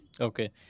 Okay